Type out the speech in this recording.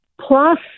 plus